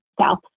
south